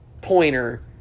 pointer